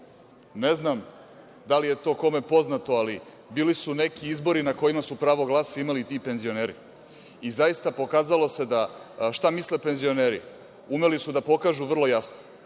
Ne znam da li je to kome poznato, ali bili su neki izbori na kojima su pravo glasa imali i ti penzioneri. Zaista, pokazalo se šta misle penzioneri. Umeli su da pokažu vrlo jasno,